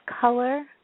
color